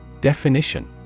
Definition